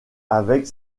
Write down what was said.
avec